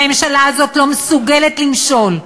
הממשלה הזאת לא מסוגלת למשול.